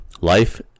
Life